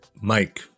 Mike